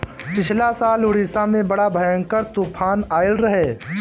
पिछला साल उड़ीसा में बड़ा भयंकर तूफान आईल रहे